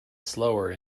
slower